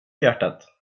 hjärtat